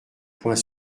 poing